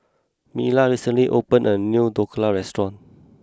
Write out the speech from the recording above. Mila recently opened a new Dhokla restaurant